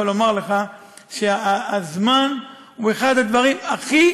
יכול להגיד לך שהזמן הוא אחד הדברים הכי